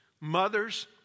Mothers